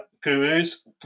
gurus